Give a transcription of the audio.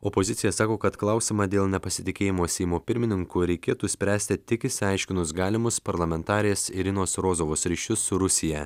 opozicija sako kad klausimą dėl nepasitikėjimo seimo pirmininku reikėtų spręsti tik išsiaiškinus galimus parlamentarės irinos rozovos ryšius su rusija